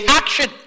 action